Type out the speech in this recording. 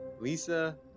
Lisa